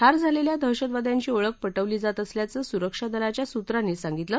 ठार झालेल्या दहशतवाद्यांची ओळख पटवली जात असल्याचं सुरक्षा दलाच्या सूत्रांनी सांगितलं